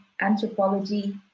anthropology